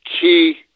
key